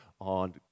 On